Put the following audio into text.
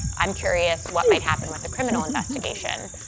i'm curious what might happen with the criminal investigation.